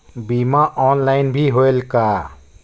बीमा ऑनलाइन भी होयल का?